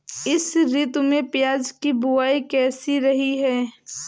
इस ऋतु में प्याज की बुआई कैसी रही है?